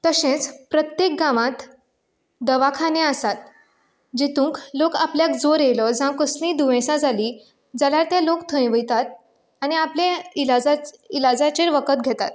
तशेंच प्रत्येक गांवांत दवाखाने आसात जितूंत लोक आपल्याक जोर येयलो जावं कसलीं दुयेसां जालीं जाल्यार तें लोक थंय वयतात आनी आपलें इलाज इलाजाचेर वखद घेतात